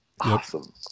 Awesome